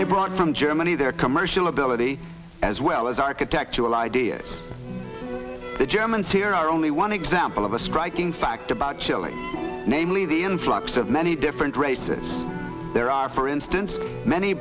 they brought from germany their commercial ability as well as architectural ideas the germans here are only one example of a striking fact about chile namely the influx of many different races there are for instance many